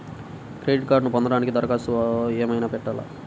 Credit కార్డ్ను పొందటానికి దరఖాస్తు ఏమయినా పెట్టాలా?